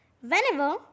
Whenever